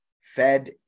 Fed